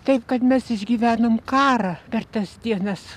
taip kad mes išgyvenom karą per tas dienas